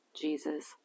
Jesus